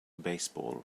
baseball